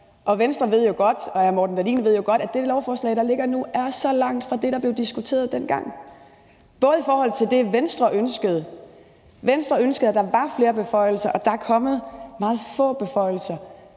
Dahlin ved jo godt, at det lovforslag, der ligger nu, er så langt fra det, der blev diskuteret dengang, også i forhold til det, Venstre ønskede, for Venstre ønskede, at der var flere beføjelser, og der er kommet meget få beføjelser.